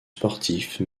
sportifs